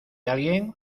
alguien